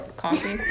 coffee